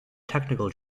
technical